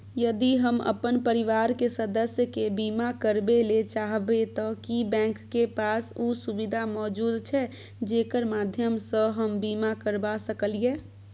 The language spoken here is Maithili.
यदि हम अपन परिवार के सदस्य के बीमा करबे ले चाहबे त की बैंक के पास उ सुविधा मौजूद छै जेकर माध्यम सं हम बीमा करबा सकलियै?